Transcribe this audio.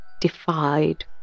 defied